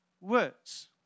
words